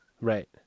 right